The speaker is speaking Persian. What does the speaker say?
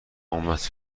اومد